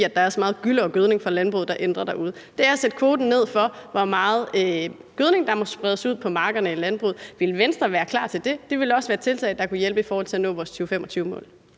der er så meget gylle og gødning fra landbruget, der ændrer det derude, ville være at sætte kvoten ned for, hvor meget gødning der må spredes ud på markerne. Ville Venstre være klar til det? Det ville også være et tiltag, der kunne hjælpe med til at nå vores 2025-mål.